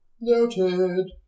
Noted